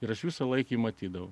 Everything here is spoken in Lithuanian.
ir aš visą laiką matydavau